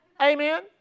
Amen